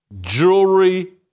jewelry